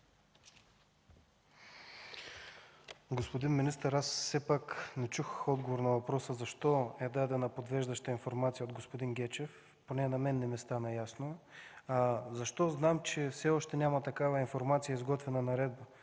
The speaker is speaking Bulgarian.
Господин министър, все пак не чух отговор на въпроса защо е дадена подвеждаща информация от господин Гечев, поне на мен не ми стана ясно. Защо знам, че няма такава информация за изготвена наредба?